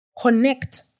connect